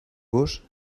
gos